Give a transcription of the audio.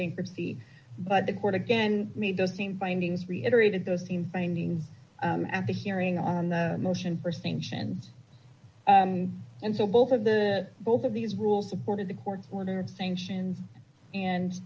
bankruptcy but the court again made those same findings reiterated those same finding after hearing on the motion for sanctions and so both of the both of these rules supported the court order sanctions and